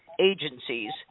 agencies